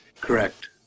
Correct